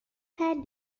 had